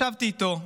ישבתי איתו.